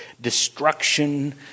destruction